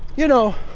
you know,